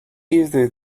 either